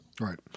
Right